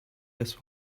this